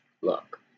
Look